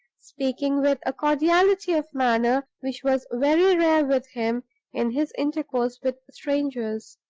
speaking with a cordiality of manner which was very rare with him in his intercourse with strangers.